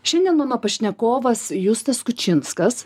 šiandien mano pašnekovas justas kučinskas